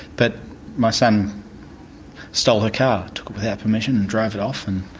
but my son stole her car, took it without permission and drove it off,